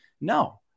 no